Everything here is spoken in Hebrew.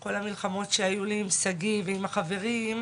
וכל המלחמות שהיו לי עם שגיא ועם החברים,